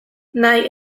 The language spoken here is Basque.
nahi